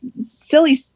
silly